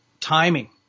timing